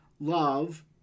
Love